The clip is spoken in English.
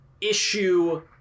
issue